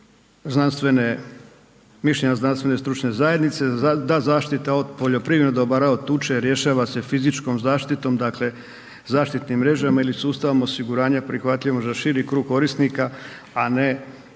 znanstvene, mišljenja znanstvene stručne zajednice da zaštita od poljoprivrednih dobara od tuče rješava se fizičkom zaštitom, dakle zaštitnim mrežama ili sustavom osiguranja prihvatljivim za širi krug korisnika, a ne